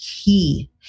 key